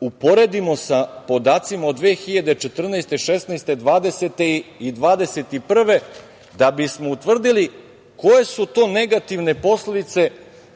uporedimo sa podacima od 2014, 2016, 2020. i 2021. godine, da bismo utvrdili koje su to negativne posledice